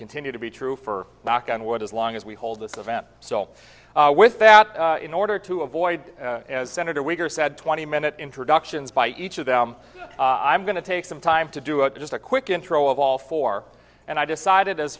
continue to be true for knock on wood as long as we hold this event so with that in order to avoid as senator wicker said twenty minute introductions by each of them i'm going to take some time to do just a quick intro of all four and i decided as